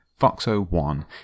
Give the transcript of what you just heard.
FOXO1